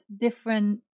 different